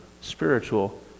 spiritual